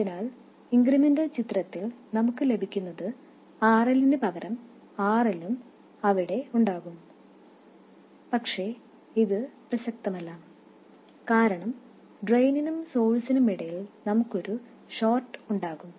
അതിനാൽ ഇൻക്രിമെന്റൽ ചിത്രത്തിൽ RL ന് പകരം വാസ്തവത്തിൽ RL ഉം അവിടെ ഉണ്ടാകും പക്ഷേ ഇത് പ്രസക്തമല്ല കാരണം ഡ്രെയിനിനും സോഴ്സിനും ഇടയിൽ നമുക്ക് ഒരു ഷോർട്ട് ഉണ്ടാകും